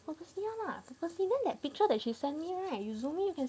purposely [one] lah purposely then that picture that she sent me right you zoom you can